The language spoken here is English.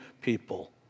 people